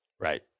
Right